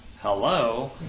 Hello